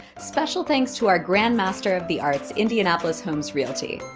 special thanks to our grand master of the arts, indianapolis homes reality.